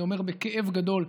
ואני אומר בכאב גדול: